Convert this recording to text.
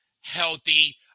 healthy